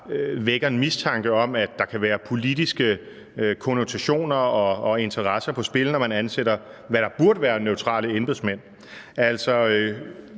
vækker en mistanke om, at der kan være politiske konnotationer og interesser på spil, når man ansætter, hvad der burde være neutrale embedsmænd.